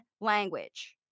language